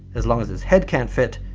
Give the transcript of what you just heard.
as long as his head can't fit,